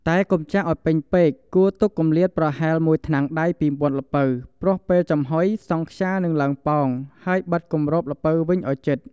តែកុំចាក់ឲ្យពេញពេក គួរទុកគម្លាតប្រហែល ១ ថ្នាំងដៃពីមាត់ល្ពៅ ព្រោះពេលចំហុយ សង់ខ្យានឹងឡើងប៉ោង ហើយបិទគម្របល្ពៅវិញឲ្យជិត។